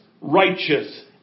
Righteous